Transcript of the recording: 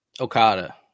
Okada